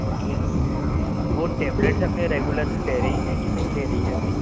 okay वो tablets अपने regularly ले रही हैं कि नहीं ले रही हैं अभी